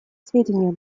сведению